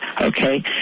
Okay